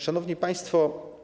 Szanowni Państwo!